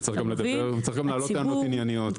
וצריך להעלות גם טענות ענייניות,